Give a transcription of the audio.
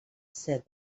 said